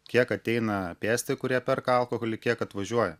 kiek ateina pėsti kurie perka alkoholį kiek atvažiuoja